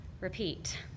repeat